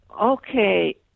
Okay